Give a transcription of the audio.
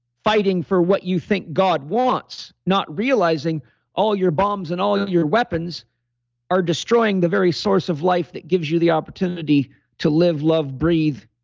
fighting for what you think god wants, not realizing all your bombs and all your weapons are destroying the very source of life that gives you the opportunity to live, love, breathe,